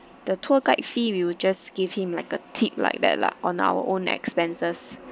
the tour guide fee we'll just give him like a tip like that lah on our own expenses